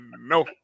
no